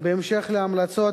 בהמשך להמלצות